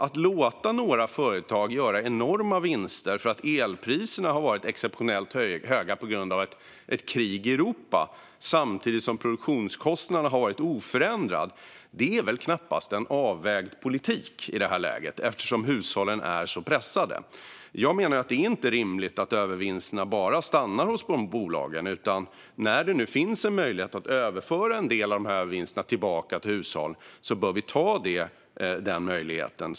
Att låta några företag göra enorma vinster för att elpriserna har varit exceptionellt höga på grund av ett krig i Europa, samtidigt som produktionskostnaderna har varit oförändrade, är väl knappast en avvägd politik i det här läget eftersom hushållen är så pressade. Jag menar att det inte är rimligt att övervinsterna bara stannar hos bolagen. När det finns en möjlighet att överföra en del av övervinsterna tillbaka till hushåll bör vi ta den möjligheten.